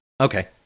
okay